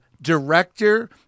Director